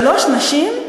שלוש נשים,